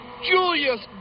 Julius